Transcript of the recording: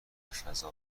فضا